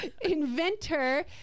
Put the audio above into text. Inventor